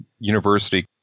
university